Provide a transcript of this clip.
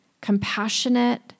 compassionate